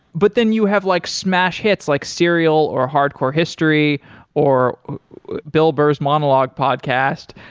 but then you have like smash hits, like serial or hardcore history or bill burr s monologue podcast.